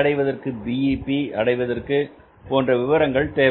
அடைவதற்கு BEP அடைவதற்கு போன்ற விவரங்கள் தேவை